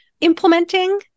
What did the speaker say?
implementing